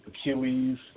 Achilles